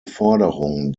forderung